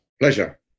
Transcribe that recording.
Pleasure